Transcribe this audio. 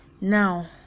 now